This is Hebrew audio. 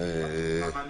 מה נשמע?